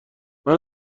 منو